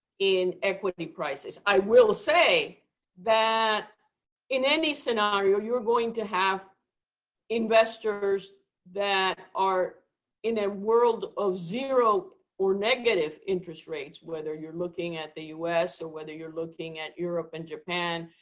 in equity prices. i will say that in any scenario, you are going to have investors that are in a world of zero or negative interest rates, whether you're looking at the us or whether you're looking at europe and japan.